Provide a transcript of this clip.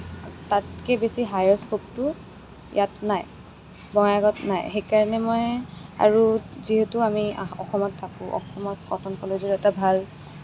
তাতকৈ বেছি হায়াৰ স্কোপটো ইয়াত নাই বঙাইগাঁৱত নাই সেইকাৰণে মই আৰু যিহেতু আমি অসমত থাকোঁ অসমত কটন কলেজৰ এটা ভাল